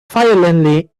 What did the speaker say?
violently